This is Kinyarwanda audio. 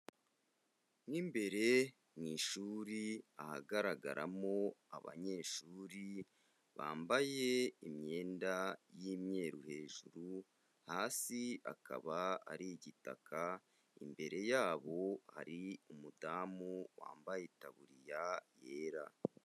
Mo imbere mu ishuri ahagaragaramo abanyeshuri, bambaye imyenda y'imyeru hejuru, hasi akaba ari igitaka, imbere yabo hari umudamu wambaye itaburiya yera.